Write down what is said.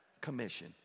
commission